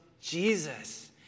Jesus